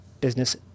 business